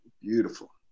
beautiful